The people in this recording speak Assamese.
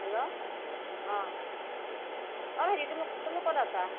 হেল্ল' অ অ' ভাইটি তুমি তুমি ক'ত আছা